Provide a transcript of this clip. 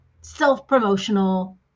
self-promotional